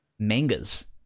mangas